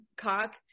cock